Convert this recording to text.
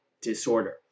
disorder